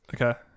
Okay